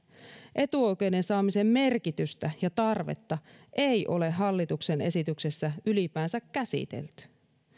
etuoikeuden saamisen merkitystä ja tarvetta ei ole hallituksen esityksessä ylipäänsä käsitelty